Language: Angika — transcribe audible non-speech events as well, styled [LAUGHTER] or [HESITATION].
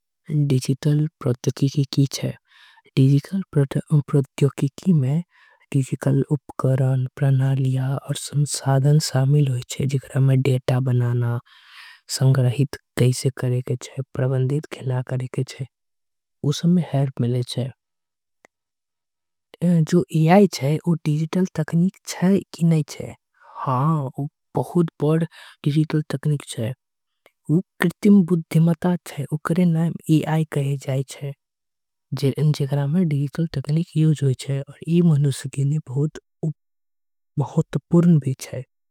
दिजितल प्रत्योकिकी की चहै दिजितल। [HESITATION] प्रत्योकीकी में दिजिकल उपकरण प्रणालिया और सम्सादन। सामिल होईच्छे जिगरा में डेटा बनाना संगरहित कैसे। करेकेच्छे प्रवंदेत खिला करेकेच्छे उसमें हैर मिलेच्छे जो है। वो दिजितल प्रत्योकीकी चहई की नहीं चहई हाँ वो बहुत। बड़ दिजितल प्रत्योकीकी चहई वो कृतिम बुद्धिमताथ है। वो करें नाम कहे जाएच्छे जिर इन जगरा में दिजितल। प्रत्योकीकी चहई और इन मनुष्य के लिए बहुत पुर्ण भी चहई।